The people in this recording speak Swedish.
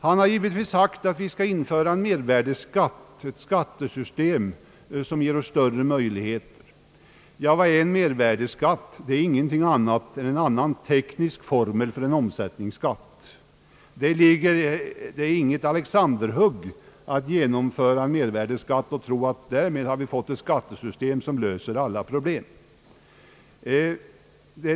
Han har givetvis sagt att vi skall införa mervärdeskatt — ett skattesystem som skulle ge oss större möjligheter. Vad är mervärdeskatt? Det är ingenting annat än en annan teknisk formel för omsättningsskatten. Det är inget Alexandershugg att införa mervärdeskatt i tro att vi därmed får ett skattesystem, som löser alla problem.